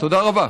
תודה רבה.